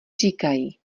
říkají